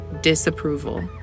disapproval